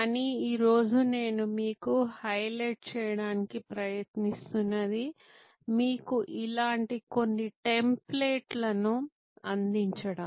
కానీ ఈ రోజు నేను మీకు హైలైట్ చేయడానికి ప్రయత్నిస్తున్నది మీకు ఇలాంటి కొన్ని టెంప్లేట్లను అందించడం